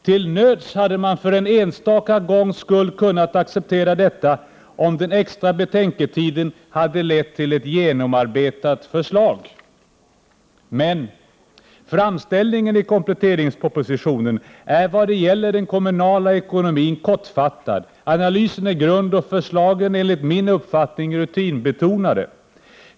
Till nöds hade man för en enstaka gångs skull kunnat acceptera detta om den extra betänketiden hade lett till ett genomarbetat förslag. Men framställningen i kompletteringspropositionen är vad gäller den kommunala ekonomin kortfattad, analysen är grund och förslagen enligt min uppfattning rutinbetonade.